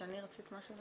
שני רצית להגיד משהו?